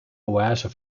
oase